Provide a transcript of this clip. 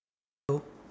hello